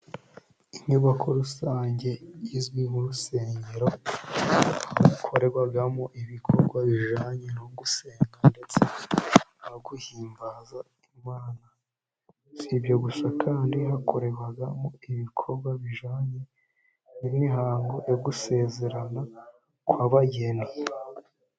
Inyubako rusange izwi nk' Urusengero hakorerwamo, ibikorwa bijyanye no gusenga, ndetse no guhimbaza Imana, si ibyo gusa kandi, hakorerwa ibikorwa bijyanye n'imihango yo gusezerana kw' abageni.